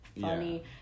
funny